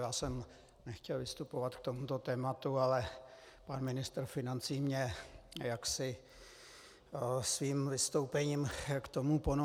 Já jsem nechtěl vystupovat k tomuto tématu, ale pan ministr financí mě jaksi svým vystoupením k tomu ponoukl.